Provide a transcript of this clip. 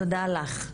תודה לך.